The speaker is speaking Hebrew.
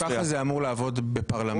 כך זה אמור לעבוד בפרלמנט.